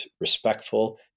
respectful